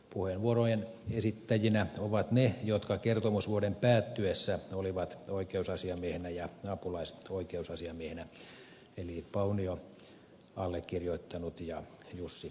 puheenvuorojen esittäjinä ovat ne jotka kertomusvuoden päättyessä olivat oikeusasiamiehenä ja apulaisoikeusasiamiehenä eli paunio allekirjoittanut ja jussi pajuoja